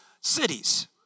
cities